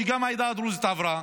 שגם העדה הדרוזית עברה,